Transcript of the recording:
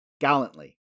gallantly